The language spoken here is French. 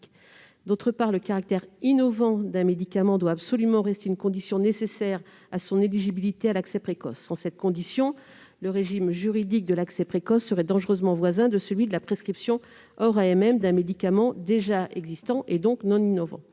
D'autre part, le caractère innovant d'un médicament doit absolument rester une condition nécessaire à son éligibilité à l'accès précoce. Sans cette condition, le régime juridique de l'accès précoce serait dangereusement voisin de celui de la prescription hors autorisation de mise sur le marché d'un médicament déjà existant, donc non innovant.